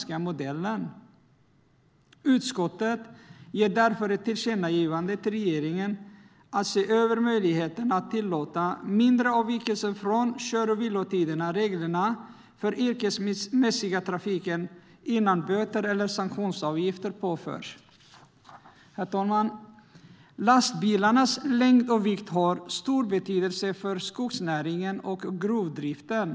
Utskottet gör därför ett tillkännagivande till regeringen om att se över möjligheten att tillåta mindre avvikelser från kör och vilotidsreglerna för den yrkesmässiga trafiken innan böter eller sanktionsavgifter påförs. Herr talman! Lastbilarnas längd och vikt har stor betydelse för skogsnäringen och gruvdriften.